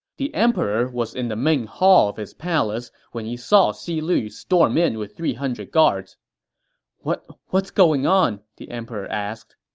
the emperor was in the main hall of his palace when he saw xi lu storm in with three hundred guards what's going on? the emperor asked